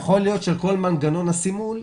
יכול להיות שכל מנגנון הסימול,